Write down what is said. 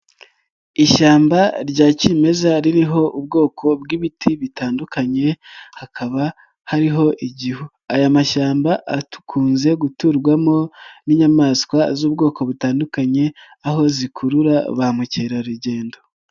Ishyamba rya kimeza ririho ubwoko bw'ibiti bitandukanye hakaba hariho igihu, aya mashyamba akunze guturwamo n'inyamaswa z'ubwoko butandukanye aho zikurura ba mukerarugendo.